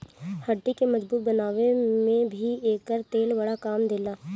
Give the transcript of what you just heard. हड्डी के मजबूत बनावे में भी एकर तेल बड़ा काम देला